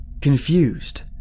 confused